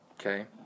Okay